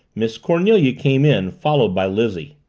miss cornelia came in, followed by lizzie.